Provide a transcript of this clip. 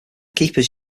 keepers